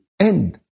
end